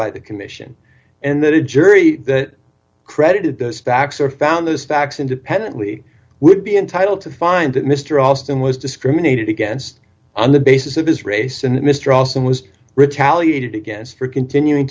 by the commission and then a jury that credited those facts or found those facts independently would be entitled to find that mr alston was discriminated against on the basis of his race and mr austin was retaliated against for continuing